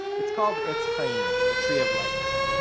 it's called etz chaim, the tree of life.